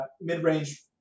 mid-range